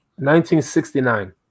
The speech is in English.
1969